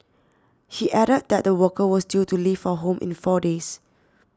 he added that the worker was due to leave for home in four days